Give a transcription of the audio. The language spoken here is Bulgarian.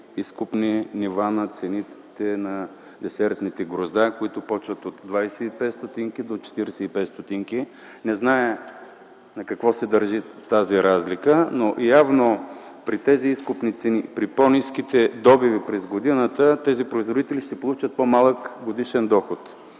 изкупни цени на десертните грозда, които започват от 25 до 45 стотинки. Не зная на какво се дължи тази разлика, но при тези изкупни цени и при по-ниските добиви през годината тези производители ще получат по-малък годишен доход.